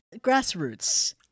Grassroots